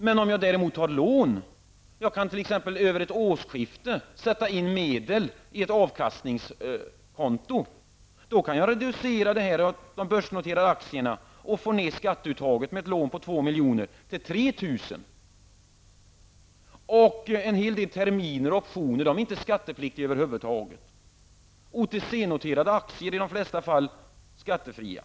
Men om jag däremot har lån, jag kan t.ex. över ett årsskifte sätta in medel på ett avkastningskonto, kan jag med ett lån på 2 milj.kr. reducera beskattningen av de börsnoterade aktierna och få ner skatteuttaget till 3 000 kr. En hel del terminer och optioner är inte skattepliktiga över huvud taget. OTC-noterade aktier är i de flesta fall skattefria.